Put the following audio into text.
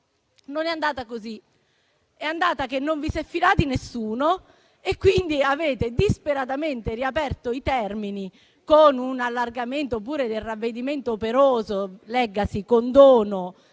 non è andata così. È andata che non vi si è filati nessuno e, quindi, avete disperatamente riaperto i termini, con un allargamento del ravvedimento operoso, leggasi condono,